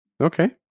Okay